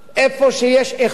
איפה שיש איכות,